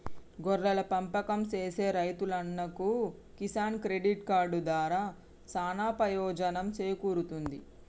గొర్రెల పెంపకం సేసే రైతన్నలకు కిసాన్ క్రెడిట్ కార్డు దారా సానా పెయోజనం సేకూరుతుంది